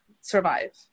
survive